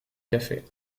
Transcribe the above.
café